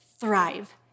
thrive